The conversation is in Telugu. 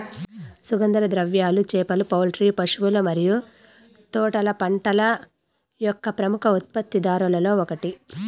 సుగంధ ద్రవ్యాలు, చేపలు, పౌల్ట్రీ, పశువుల మరియు తోటల పంటల యొక్క ప్రముఖ ఉత్పత్తిదారులలో ఒకటి